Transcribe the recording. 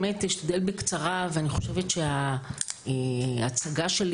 אני אשתדל בקצרה ואני חושבת שההצגה שלי